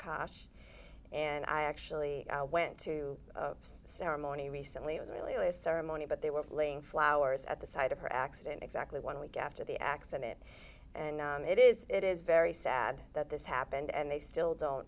akash and i actually went to a ceremony recently it was really a ceremony but they were laying flowers at the side of her accident exactly one week after the accident and it is it is very sad that this happened and they still don't